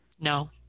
No